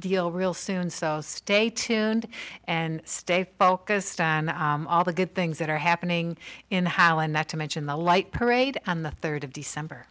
deal real soon so stay tuned and stay focused on all the good things that are happening in how and not to mention the light parade on the third of december